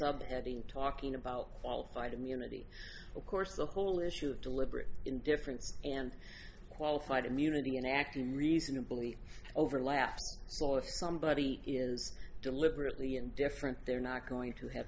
in talking about qualified immunity of course the whole issue of deliberate indifference and qualified immunity in acting reasonably overlaps or if somebody is deliberately and different they're not going to have